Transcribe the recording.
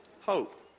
Hope